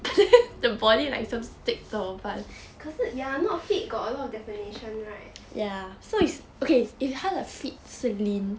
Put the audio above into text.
可是 ya not fit got a lot of definition right